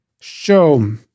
show